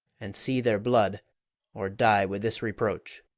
and see their blood or die with this reproach.